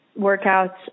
workouts